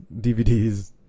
DVDs